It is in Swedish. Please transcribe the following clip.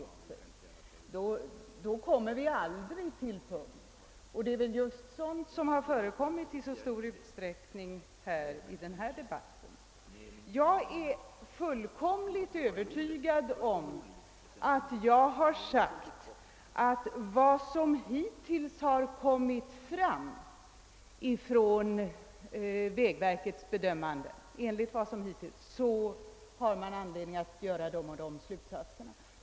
Därigenom kommer vi aldrig till punkt, och det är väl just vad som i stor utsträckning har förekommit i denna de batt. Jag är fullkomligt övertygad om att jag har sagt att av vad som hittills framkommit från vägverkets bedömande har man anledning att dra de och de slutsatserna.